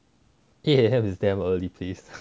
eight A_M is damn early please